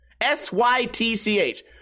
S-Y-T-C-H